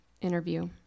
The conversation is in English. interview